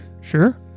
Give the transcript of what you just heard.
Sure